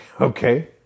okay